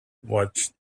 watched